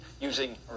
using